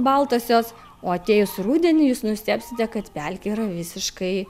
baltosios o atėjus rudeniui jūs nustebsite kad pelkė yra visiškai